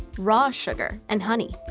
raw sugar, and honey.